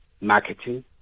marketing